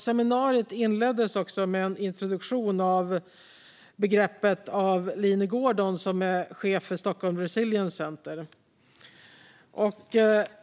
Seminariet inleddes också med en introduktion av begreppet av Line Gordon, som är chef för Stockholm Resilience Centre.